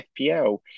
FPL